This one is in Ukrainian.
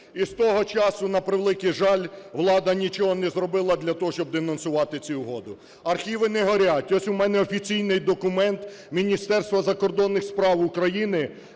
І з того часу, на превеликий жаль, влада нічого не зробила для того, щоб денонсувати ці угоди. Архіви не горять. Ось у мене офіційний документ Міністерства закордонних справ України